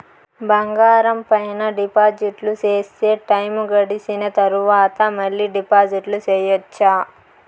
బంగారం పైన డిపాజిట్లు సేస్తే, టైము గడిసిన తరవాత, మళ్ళీ డిపాజిట్లు సెయొచ్చా?